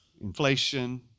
inflation